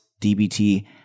dbt